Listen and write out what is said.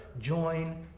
join